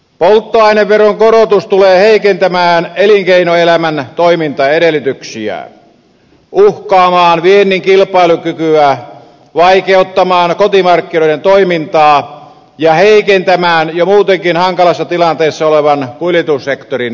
polttoaineveron korotus tulee heikentämään elinkeinoelämän toimintaedellytyksiä uhkaamaan viennin kilpailukykyä vaikeuttamaan kotimarkkinoiden toimintaa ja heikentämään jo muutenkin hankalassa tilanteessa olevan kuljetussektorin toimintaa